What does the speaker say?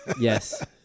Yes